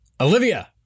Olivia